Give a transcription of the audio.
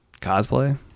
Cosplay